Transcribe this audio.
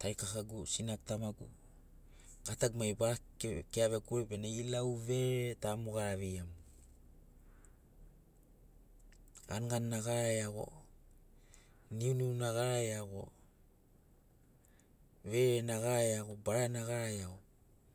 tarikakagu sinagu tamagu gatagu mai ba kea vegogori bena ilau verere ta mo gara veia mogo ganigani gara iago niuniu na gara iago verere na gara iago bara na gara iago